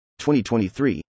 2023